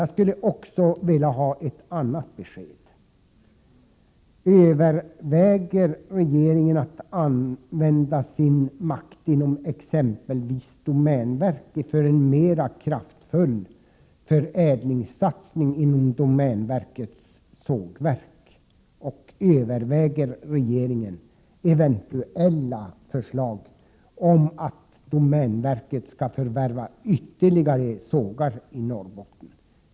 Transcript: Jag skulle också vilja ha ett annat besked: Överväger regeringen att använda sin makt inom exempelvis domänverket för en mer kraftfull förädlingssatsning inom domänverkets sågverk? Och överväger regeringen eventuellt förslag om att domänverket skall förvärva ytterligare sågar i Norrbotten?